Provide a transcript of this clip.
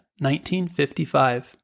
1955